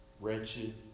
wretched